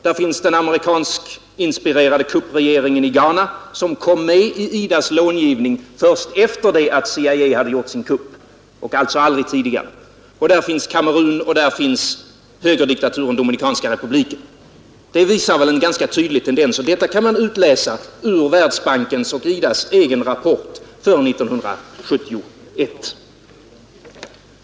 Där finns den amerikanskinspirerade kuppregeringen i Ghana, som kom med i IDA:s långivning först efter det att CIA hade gjort sin kupp — alltså aldrig tidigare. Där finns Kamerun och där finns högerdiktaturen Dominikanska republiken. Det visar väl en ganska tydlig tendens, och detta kan man utläsa ur Världsbankens och IDA :s egen rapport för 1971.